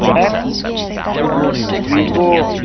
sir Vivo